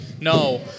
No